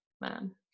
man